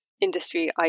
industry